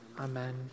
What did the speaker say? amen